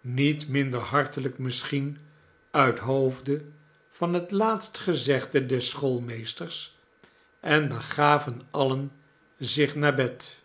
niet minder hartelijk misschien uit hoofde van het laatste gezegde des schoolmeesters en begaven alien zich naar bed